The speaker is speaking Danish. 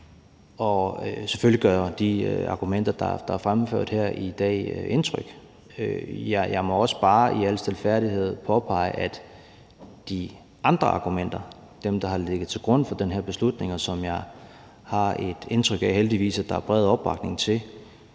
Selvfølgelig gør de argumenter, der er fremført her i dag, indtryk. Jeg må også bare i al stilfærdighed påpege, at de andre argumenter – dem, der har ligget til grund for den her beslutning, og som jeg har et indtryk af at der heldigvis er bred opbakning til